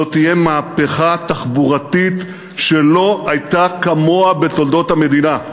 זו תהיה מהפכה תחבורתית שלא הייתה כמוה בתולדות המדינה.